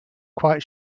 quite